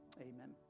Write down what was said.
amen